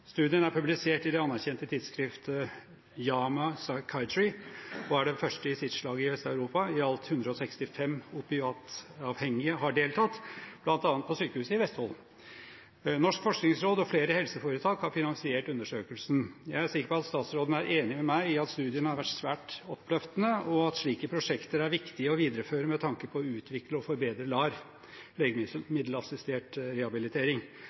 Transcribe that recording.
Studien er publisert i det anerkjente tidsskriftet JAMA Psychiatry og er den første i sitt slag i Vest-Europa. I alt 165 opiatavhengige har deltatt, bl.a. på Sykehuset i Vestfold. Norges forskningsråd og flere helseforetak har finansiert undersøkelsen. Jeg er sikker på at statsråden er enig med meg i at studien er svært oppløftende, og at slike prosjekter er viktig å videreføre med tanke på å utvikle og forbedre LAR, legemiddelassistert rehabilitering,